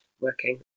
working